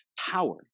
power